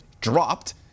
dropped